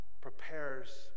prepares